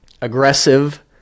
aggressive